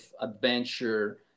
adventure